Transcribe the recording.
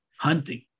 hunting